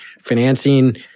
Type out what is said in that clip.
Financing